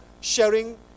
sharing